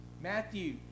Matthew